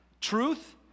truth